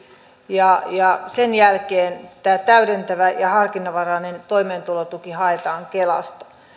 ja ja sen jälkeen tämä täydentävä ja harkinnanvarainen toimeentulotuki haetaan kelasta